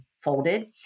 folded